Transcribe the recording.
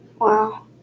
Wow